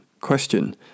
question